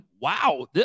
wow